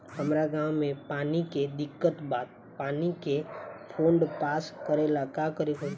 हमरा गॉव मे पानी के दिक्कत बा पानी के फोन्ड पास करेला का करे के पड़ी?